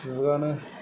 जुगानो